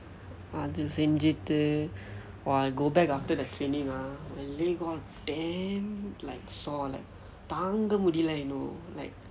அது செய்துட்டு:athu seythuttu !wah! I go back after the training ah my leg all damn like sore like தாங்க முடியல:thaanga mudiyala you know like